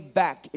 back